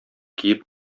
киеп